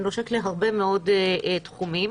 נושק להרבה מאוד תחומים.